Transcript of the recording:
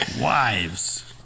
Wives